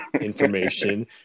information